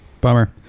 Bummer